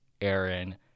Aaron